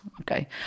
Okay